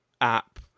app